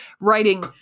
writing